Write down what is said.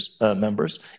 members